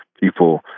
people